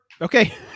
Okay